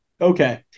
okay